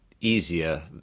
easier